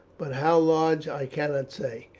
but how large i cannot say.